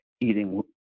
eating